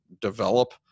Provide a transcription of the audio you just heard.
develop